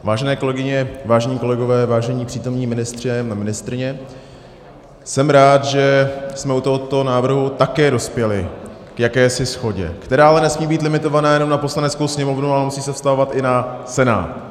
Vážené kolegyně, vážení kolegové, vážení přítomní ministři a ministryně, jsem rád, že jsme u tohoto návrhu také dospěli k jakési shodě, která ale nesmí být limitovaná jenom na Poslaneckou sněmovnu, ale musí se vztahovat i na Senát.